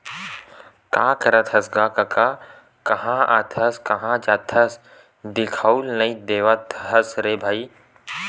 का करत हस गा कका काँहा आथस काँहा जाथस दिखउले नइ देवस रे भई?